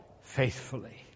faithfully